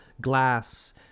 glass